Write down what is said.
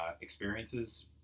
experiences